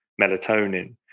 melatonin